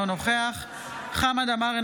אינו נוכח חמד עמאר,